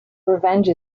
revenge